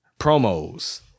promos